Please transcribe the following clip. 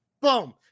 Boom